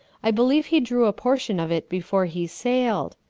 i believe he drew a portion of it before he sailed.